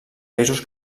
països